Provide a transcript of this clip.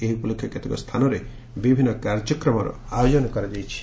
ଏହି ଉପଲକ୍ଷେ କେତେକ ସ୍ରାନରେ ବିଭିନ୍ କାର୍ଯ୍ୟକ୍ରମର ଆୟୋଜନ କରାଯାଇଛି